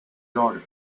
daughter